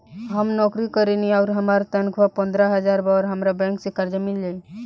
हम नौकरी करेनी आउर हमार तनख़ाह पंद्रह हज़ार बा और हमरा बैंक से कर्जा मिल जायी?